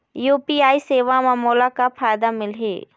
UPI सेवा म मोला का फायदा मिलही?